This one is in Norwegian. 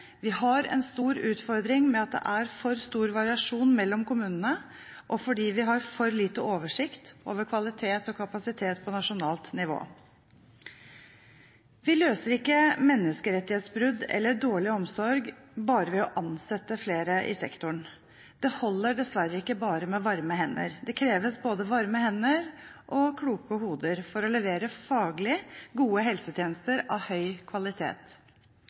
vi har en stor utfordring med at det er for stor variasjon mellom kommunene, fordi vi har for lite oversikt over kvalitet og kapasitet på nasjonalt nivå. Vi løser ikke menneskerettighetsbrudd eller dårlig omsorg bare ved å ansette flere i sektoren. Det holder dessverre ikke bare med varme hender. Det kreves både varme hender og kloke hoder for å levere faglig gode helsetjenester av høy kvalitet.